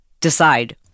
decide